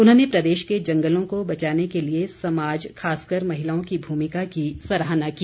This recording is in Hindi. उन्होंने प्रदेश के जंगलों को बचाने के लिए समाज खासकर महिलाओं की भूमिका की सराहना की